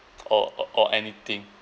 or or or anything